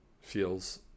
feels